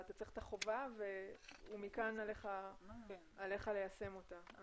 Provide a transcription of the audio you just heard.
אתה צריך את החובה ומכאן עליך ליישם אותה.